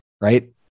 right